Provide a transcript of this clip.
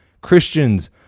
christians